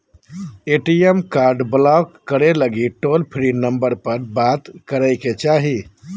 ATM card block करे लगी toll free number पर बात करे के चाही